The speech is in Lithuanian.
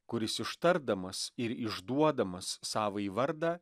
kuris ištardamas ir išduodamas savąjį vardą